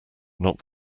not